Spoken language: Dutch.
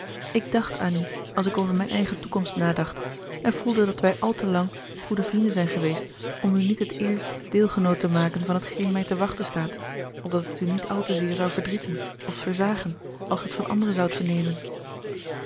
ik dacht aan u als ik over mijn eigen toekomst nadacht en voede dat wij al te lang goede vrienden zijn geweest om u niet het eerst deelgenoot te maken van t geen mij te wachten staat opdat het u niet al te zeer zou verdrieten oft versagen als ge het van anderen zoudt vernemen